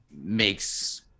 makes